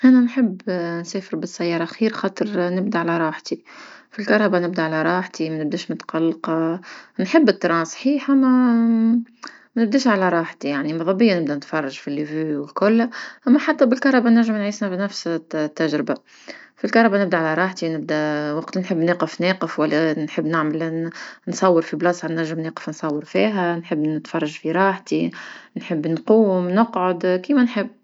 أنا نحب نسافر بالسيارة خير خاطر نبدأ على راحتي في الكهربة نبدأ على راحتي ما نبداش متقلقة نحب القطار صحيح اما ما نبداش على راحتي يعني مذا بيا نتفرج في مناظر كلها أما حتى بالكرهبة نجم نعيش نفس التجربة، في الكرهبة نبدأ على راحتي نبدأ الوقت اللي نحب ناقف ناقف ولا نحب نعمل نصور في بلاصة ناجم نصور فيها نحب نتفرج في راحتي نحب نقوم نقعد كما نحب.